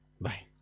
Bye